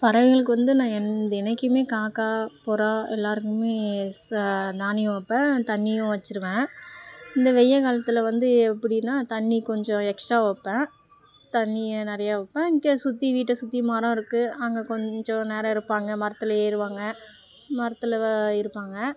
பறவைகளுக்கு வந்து நான் என் தினைக்குமே காக்கா புறா எல்லாருக்குமே ச தானியம் வைப்பேன் தண்ணியும் வச்சிடுவேன் இந்த வெய்ய காலத்தில் வந்து எப்படின்னா தண்ணி கொஞ்சம் எக்ஸ்ட்ரா வைப்பேன் தண்ணியை நிறையா வைப்பேன் இங்கே சுற்றி வீட்டை சுற்றி மரம் இருக்குது அங்கே கொஞ்ச நேரம் இருப்பாங்கள் மரத்தில் ஏறுவாங்கள் மரத்தில் தான் இருப்பாங்கள்